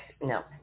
no